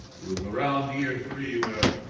was around year three where.